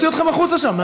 אוציא אתכם החוצה שם.